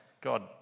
God